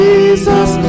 Jesus